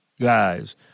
guys